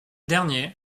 derniers